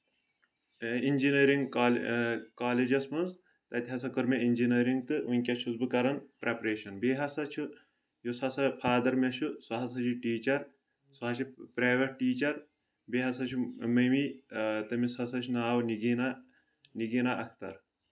engineering colleges منٛز تَتہِ ہسا کٔر مےٚ انجیٖنیرنگ تہٕ وٕنکیٚس چھُس بہٕ کران پریپریشن بیٚیہِ ہسا چھُ یُس ہسا فادر مےٚ چھُ سُہ ہسا چھِ ٹیٖچر سُہ ہسا چھِ پرٛیویٹ ٹیٖچر بیٚیہِ ہسا چھُ مٔمی تٔمِس ہسا چھُ ناو نگیٖنا نگیٖنا اختر